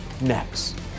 next